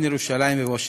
בין ירושלים וושינגטון,